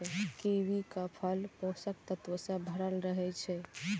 कीवीक फल पोषक तत्व सं भरल रहै छै